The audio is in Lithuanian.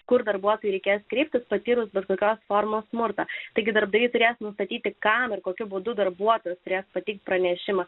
kur dar buvo pirkęs kreiptis patyrus bet kokios formos smurtą tik darbai turės nustatyti kam ir kokiu būdu darbuotojas turi pateikti pranešimą